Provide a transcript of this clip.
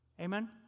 Amen